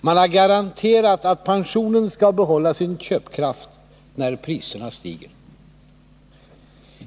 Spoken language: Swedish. Man har garanterat att pensionen skall behålla sin köpkraft när priserna stiger.